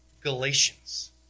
Galatians